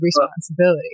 responsibility